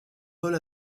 pôle